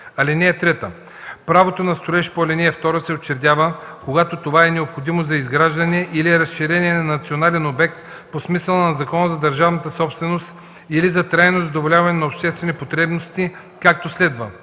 (3) Правото на строеж по ал. 2 се учредява, когато това е необходимо за изграждане или разширение на национален обект по смисъла на Закона за държавната собственост или за трайно задоволяване на обществени потребности, както следва: